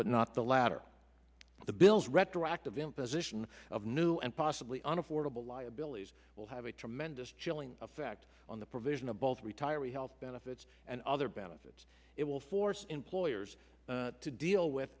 but not the latter the bills retroactive imposition of new and possibly unavoidable liabilities will have a tremendous chilling effect on the provision of both retiree health benefits and other benefits it will force employers to deal with